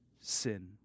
sin